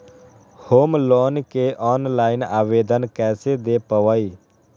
Home loan के online आवेदन कैसे दें पवई?